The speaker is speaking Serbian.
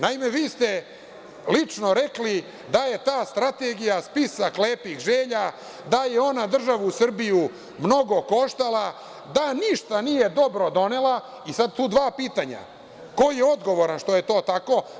Naime, vi ste lično rekli da je ta Strategija spisak lepih želja, da je ona državu Srbiju mnogo koštala, da ništa nije dobro donela i sada su dva pitanja - ko je odgovoran što je to tako?